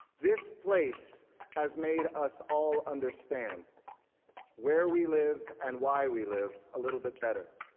this place has made us all understand where we live and why we live, a little bit better.